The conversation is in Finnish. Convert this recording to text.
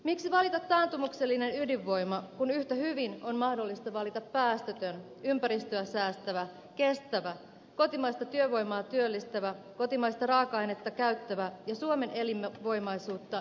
miksi valita taantumuksellinen ydinvoima kun yhtä hyvin on mahdollista valita päästötön ympäristöä säästävä kestävä kotimaista työvoimaa työllistävä kotimaista raaka ainetta käyttävä ja suomen elinvoimaisuutta ylläpitävä vaihtoehto